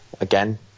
again